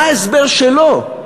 מה ההסבר שלו?